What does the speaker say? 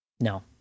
No